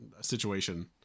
situation